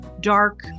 dark